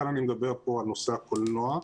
כאן אני מדבר על נושא הקולנוע.